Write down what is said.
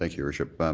like your worship.